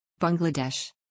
Bangladesh